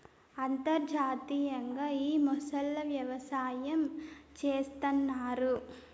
అంతర్జాతీయంగా ఈ మొసళ్ళ వ్యవసాయం చేస్తన్నారు